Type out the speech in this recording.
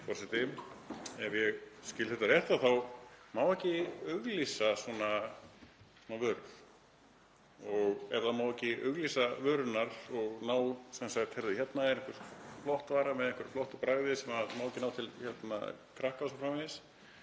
Ef ég skil þetta rétt þá má ekki auglýsa svona vörur. Og ef það má ekki auglýsa vörurnar og segja: Heyrðu, hér er einhver flott vara með einhverju flottu bragði sem má ekki ná til krakka o.s.frv.